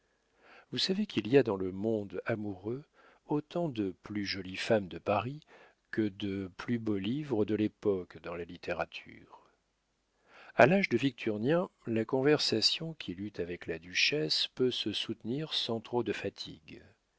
vous savez qu'il y a dans le monde amoureux autant de plus jolies femmes de paris que de plus beaux livres de l'époque dans la littérature a l'âge de victurnien la conversation qu'il eut avec la duchesse peut se soutenir sans trop de fatigue